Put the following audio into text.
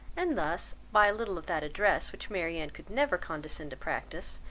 and thus by a little of that address which marianne could never condescend to practise,